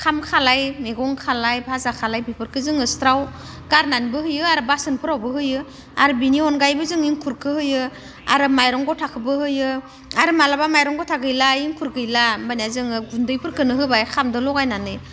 ओंखाम खालाय मैगं खालाय भाजा खालाय बेफोरखौ जोङो ज्राव गारनानैबो होयो आरो बासोनफोरावबो होयो आरो बेनि अनगायैबो जों एंखुरखौ होयो आरो माइरं गथाखौबो होयो आरो माब्लाबा माइरं गथा गैला एंखुर गैला माने जोङो गुन्दैफोरखौनो होबाय ओंखामजों लगायनानै